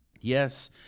Yes